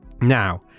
Now